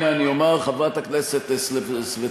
הנה אני אומר, חברת הכנסת סבטלובה,